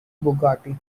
bugatti